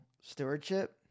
stewardship